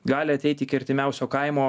gali ateit iki artimiausio kaimo